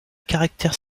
caractère